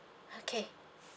okay